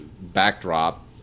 backdrop